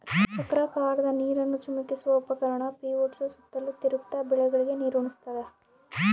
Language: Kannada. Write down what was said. ಚಕ್ರಾಕಾರದಾಗ ನೀರನ್ನು ಚಿಮುಕಿಸುವ ಉಪಕರಣ ಪಿವೋಟ್ಸು ಸುತ್ತಲೂ ತಿರುಗ್ತ ಬೆಳೆಗಳಿಗೆ ನೀರುಣಸ್ತಾದ